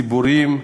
ציבורים,